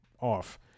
off